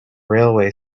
railway